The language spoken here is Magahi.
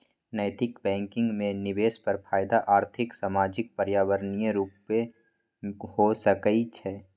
नैतिक बैंकिंग में निवेश पर फयदा आर्थिक, सामाजिक, पर्यावरणीय रूपे हो सकइ छै